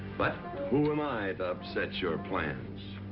but who am i to upset your plans?